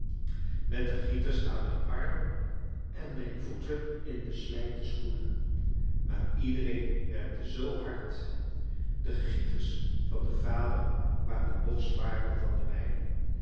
met de gieters aan mijn arm en mijn voeten in beslijkte schoenen maar iedereen werkte zoo hard de gieters van den vader waren nog zwaarder dan de mijne